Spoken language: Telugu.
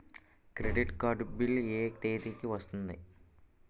క్రెడిట్ కార్డ్ బిల్ ఎ తేదీ కి వస్తుంది?